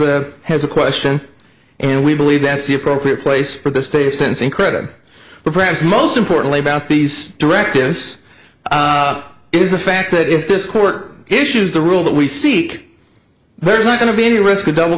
a has a question and we believe that's the appropriate place for the state of sensing credit but perhaps most importantly about these directives is the fact that if this court issues the rule that we seek there's going to be any risk of double